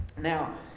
Now